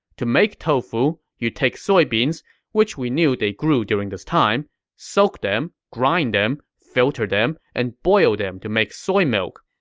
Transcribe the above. to make tofu, you take soybeans which we knew they grew during this time soak them, grind them, filter them, and boil them to make soy milk.